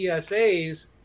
psa's